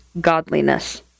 godliness